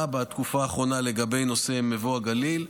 בתקופה האחרונה לגבי נושא מבוא הגליל,